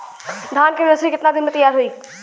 धान के नर्सरी कितना दिन में तैयार होई?